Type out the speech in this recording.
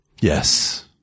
Yes